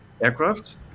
aircraft